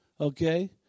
Okay